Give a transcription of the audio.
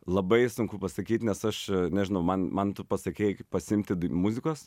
labai sunku pasakyt nes aš nežinau man man tu pasakei pasiimti d muzikos